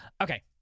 Okay